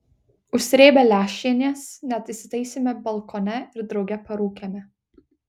užsrėbę lęšienės net įsitaisėme balkone ir drauge parūkėme